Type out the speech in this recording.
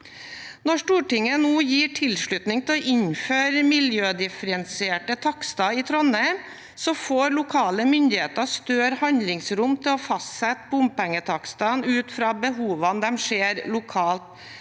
Når Stortinget nå gir tilslutning til å innføre miljødifferensierte takster i Trondheim, får lokale myndigheter større handlingsrom til å fastsette bompengetakstene ut fra behovene de ser lokalt,